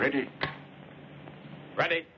right right